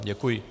Děkuji.